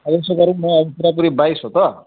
अब यसो गरौँ न अब पुरापुरी बाइस हो त